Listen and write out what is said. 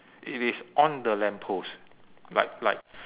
it is on the lamppost like like